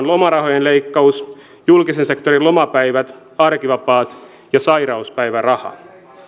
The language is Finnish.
lomarahojen leikkaus julkisen sektorin lomapäivät arkivapaat ja sairauspäiväraha